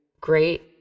great